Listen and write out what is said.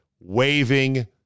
waving